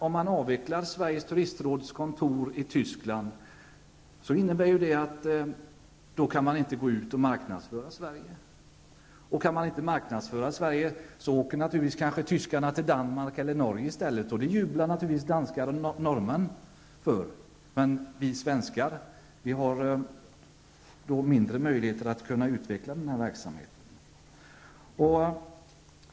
Om Sveriges turistråds kontor i Tyskland avvecklas, kan man inte längre marknadsföra Sverige där. Kan vi inte göra det, åker tyskarna naturligtvis till Danmark och Norge i stället. Det jublar säkert danskar och norrmän över, samtidigt som vi svenskar då har sämre möjligheter att utveckla turismen i vårt land.